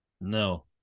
No